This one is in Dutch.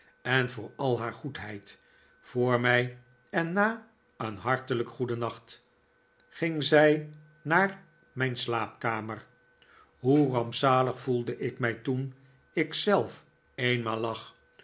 en voor al haar goedheid voor mij en na een hartelijk goedennacht ging zij naar mijn slaapkamer hoe rampzalig voelde ik mij toen ik zelf eenmaal lag